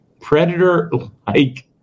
predator-like